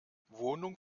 wohnung